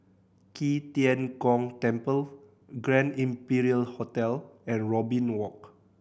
Qi Tian Gong Temple Grand Imperial Hotel and Robin Walk